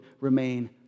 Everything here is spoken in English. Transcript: remain